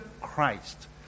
Christ